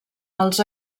als